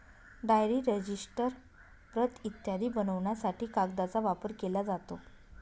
diary, register, प्रत इत्यादी बनवण्यासाठी कागदाचा वापर केला जातो